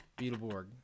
Beetleborg